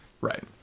Right